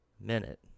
minute